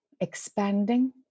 expanding